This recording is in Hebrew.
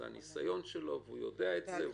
זה הניסיון שלו והוא יודע את זה,